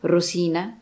Rosina